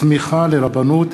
סמיכה לרבנות,